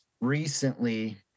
recently